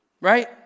Right